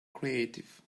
creative